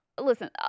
Listen